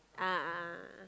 a'ah a'ah